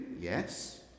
Yes